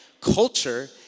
Culture